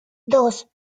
dos